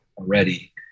already